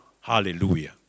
Hallelujah